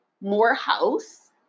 Morehouse